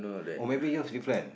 oh maybe yours different